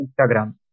Instagram